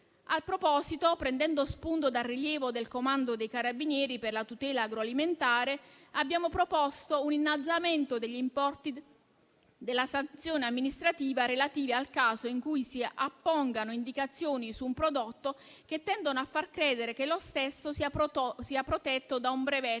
tal proposito, prendendo spunto dal rilievo del Comando dei carabinieri per la tutela agroalimentare, abbiamo proposto un innalzamento degli importi della sanzione amministrativa relativa al caso in cui si appongano indicazioni su un prodotto che tendono a far credere che lo stesso sia protetto da un brevetto,